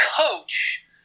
coach